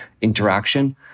interaction